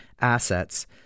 assets